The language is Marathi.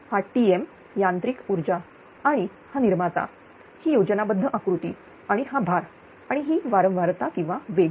ही Tmयांत्रिक ऊर्जा आणि हा निर्माता ही योजनाबद्ध आकृती आणि हा भार आणि हि वारंवारता किंवा वेग